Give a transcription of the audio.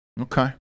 Okay